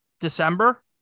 December